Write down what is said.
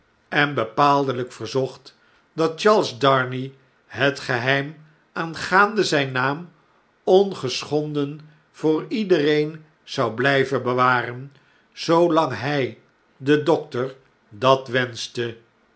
en bepaaldelijk verzocht dat charles darnay het geheim aangaande zyn naam ongeschonden voor iedereen zou btjjven bewaren zoolang hy de dokter dat wenschte